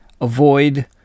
Avoid